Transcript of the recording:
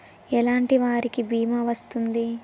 ఎలాంటి వాటికి బీమా వస్తుంది?